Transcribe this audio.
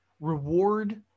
reward